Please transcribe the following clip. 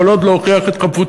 כל עוד לא הוכיח את חפותו,